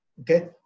okay